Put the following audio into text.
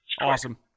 awesome